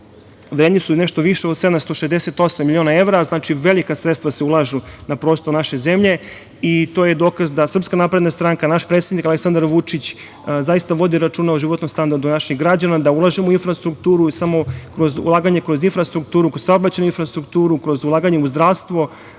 vredni su nešto više od 768 miliona evra. Znači, velika sredstva se ulažu na prostoru naše zemlje i to je dokaz da SNS, naš predsednik Aleksandar Vučić zaista vodi računa o životnom standardu naših građana, da ulažemo u infrastrukturu. Samo kroz ulaganje kroz infrastrukturu, u saobraćajnu infrastrukturu, kroz ulaganje u zdravstvo,